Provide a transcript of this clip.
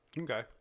okay